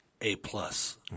A-plus